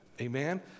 Amen